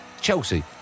Chelsea